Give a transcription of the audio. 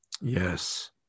Yes